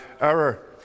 error